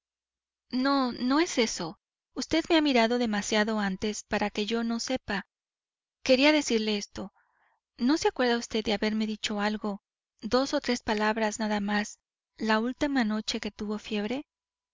no no es eso usted me ha mirado demasiado antes para que yo no sepa quería decirle esto no se acuerda vd de haberme dicho algo dos o tres palabras nada más la última noche que tuvo fiebre